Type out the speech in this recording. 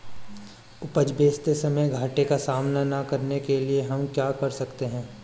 उपज बेचते समय घाटे का सामना न करने के लिए हम क्या कर सकते हैं?